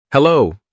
Hello